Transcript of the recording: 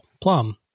plum